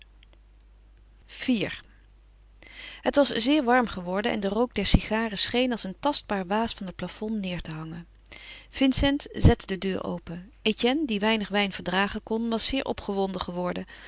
iv het was zeer warm geworden en de rook der sigaren scheen als een tastbaar waas van het plafond neêr te hangen vincent zette de deur open etienne die weinig wijn verdragen kon was zeer opgewonden geworden